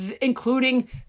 including